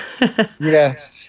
Yes